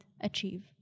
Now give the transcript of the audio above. achieve